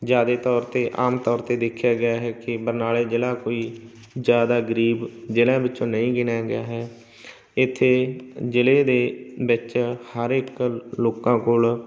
ਜ਼ਿਆਦਾ ਤੌਰ 'ਤੇ ਆਮ ਤੌਰ 'ਤੇ ਦੇਖਿਆ ਗਿਆ ਹੈ ਕਿ ਬਰਨਾਲਾ ਜ਼ਿਲ੍ਹਾ ਕੋਈ ਜ਼ਿਆਦਾ ਗਰੀਬ ਜ਼ਿਲ੍ਹਿਆਂ ਵਿੱਚੋਂ ਨਹੀਂ ਗਿਣਿਆ ਗਿਆ ਹੈ ਇੱਥੇ ਜ਼ਿਲ੍ਹੇ ਦੇ ਵਿੱਚ ਹਰ ਇੱਕ ਲੋਕਾਂ ਕੋਲ